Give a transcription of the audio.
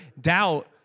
doubt